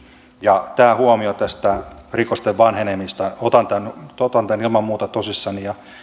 ja tämä huomio tästä rikosten vanhenemisesta otan tämän ilman muuta tosissani